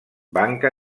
banca